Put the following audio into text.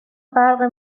فرق